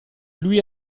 lui